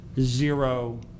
Zero